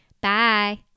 Bye